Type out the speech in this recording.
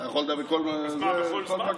יש אפשרות להתערב באמצע דיון.